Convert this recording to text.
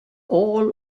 all